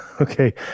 Okay